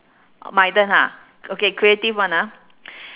my turn ah okay creative one ah